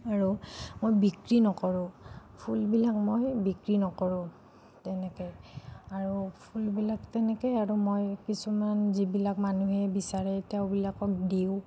আৰু মই বিক্ৰী নকৰোঁ ফুলবিলাক মই বিক্ৰী নকৰোঁ তেনেকে আৰু ফুলবিলাক তেনেকে আৰু মই কিছুমান যিবিলাক মানুহে বিচাৰে তেওঁবিলাকক দিওঁ